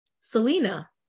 Selena